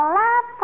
love